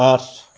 আঠ